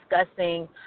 discussing